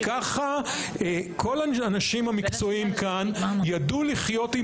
וככה כל האנשים המקצועיים כאן ידעו לחיות עם